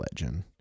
legend